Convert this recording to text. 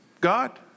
God